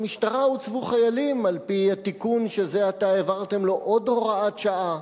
במשטרה הוצבו חיילים על-פי התיקון שזה עתה העברתם לו עוד הוראת שעה,